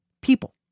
people